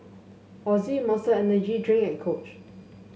Ozi Monster Energy Drink and Coach